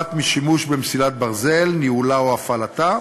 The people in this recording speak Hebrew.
הנובעת משימוש במסילת ברזל, ניהולה או הפעלתה,